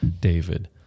David